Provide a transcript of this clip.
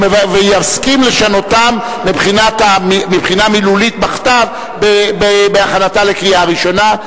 ויסכים לשנותם מבחינה מילולית בכתב בהכנתה לקריאה ראשונה,